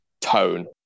tone